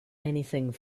anything